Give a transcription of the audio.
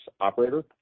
Operator